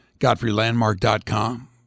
Godfreylandmark.com